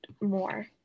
more